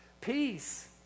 peace